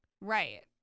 Right